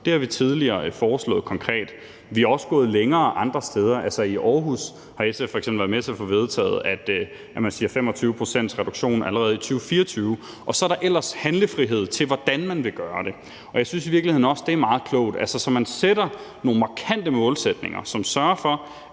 Det har vi tidligere foreslået konkret. Vi er også gået længere andre steder. I Aarhus har SF f.eks. været med til at få vedtaget, at man siger 25 pct.s reduktion allerede i 2024, og så er der ellers handlefrihed, i forhold til hvordan man vil gøre det. Og jeg synes i virkeligheden også, at det er meget klogt. Altså, man sætter nogle markante målsætninger, som sørger for,